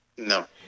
No